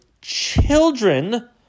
Children